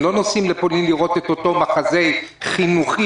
הילדים לא נוסעים לפולין לראות את אותו מחזה חינוכי